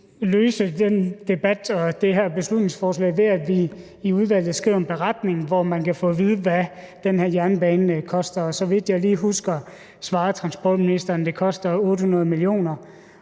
til den debat og det her beslutningsforslag, ved at vi i udvalget skriver en beretning, hvor man kan få at vide, hvad den her jernbane koster. Så vidt jeg lige husker, svarede transportministeren, at det koster 800 mio.